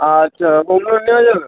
আচ্ছা home loan নেওয়া যাবে